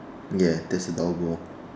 ya there is a doggo